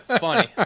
Funny